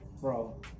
bro